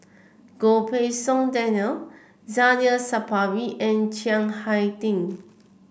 Goh Pei Siong Daniel Zainal Sapari and Chiang Hai Ding